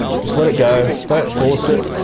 just let it go. don't force it.